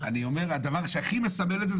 אני אומר שהדבר שהכי מסנדל את זה,